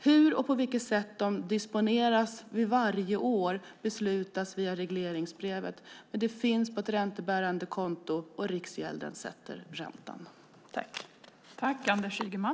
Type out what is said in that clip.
Hur de disponeras varje år beslutas via regleringsbrevet. Men pengarna finns på ett räntebärande konto, och Riksgälden sätter räntan.